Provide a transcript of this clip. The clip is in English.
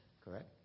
correct